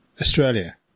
Australia